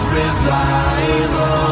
revival